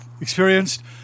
experienced